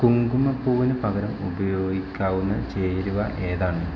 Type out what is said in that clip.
കുങ്കുമപ്പൂവിന് പകരം ഉപയോഗിക്കാവുന്ന ചേരുവ ഏതാണ്